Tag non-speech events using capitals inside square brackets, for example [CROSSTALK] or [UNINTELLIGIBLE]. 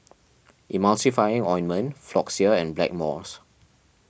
[UNINTELLIGIBLE] Ointment Floxia and Blackmores